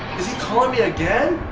is call me again